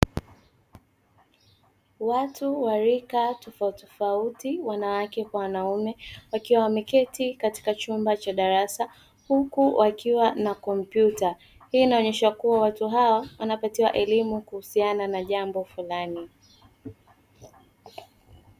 Watu walika tofautitofauti wanawake kwa wanaume, wakiwa wameketi katika chumba cha darasa huku wakiwa na kompyuta; hii inaonyesha kuwa watu hawa wanapatiwa elimu kuhusiana na jambo fulani.